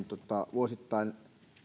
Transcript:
vuosittain